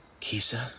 Kisa